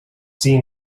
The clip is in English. seen